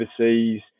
overseas